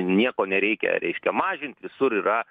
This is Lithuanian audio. nieko nereikia reiškia mažint visur yra